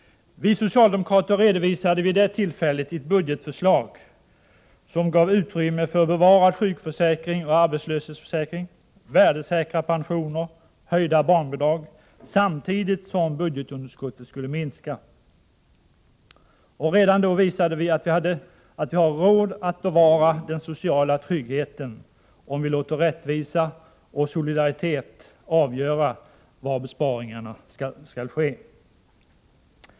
Vi socialdemokrater redovisade vid det tillfället ett budgetförslag, som gav utrymme för bevarad sjukförsäkring och arbetslöshetsförsäkring, värdesäkra pensioner och höjda barnbidrag, samtidigt som budgetunderskottet skulle minska. Redan då visade vi att vi har råd att bevara den sociala tryggheten, om vi låter rättvisa och solidaritet avgöra var besparingarna skall ske.